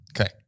Okay